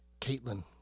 Caitlin